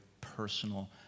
personal